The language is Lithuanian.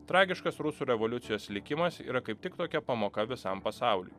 tragiškas rusų revoliucijos likimas yra kaip tik tokia pamoka visam pasauliui